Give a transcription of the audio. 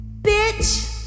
bitch